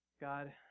God